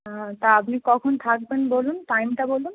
হ্যাঁ তা আপনি কখন থাকবেন বলুন টাইমটা বলুন